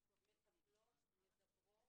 מטפלות מדברות.